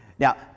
Now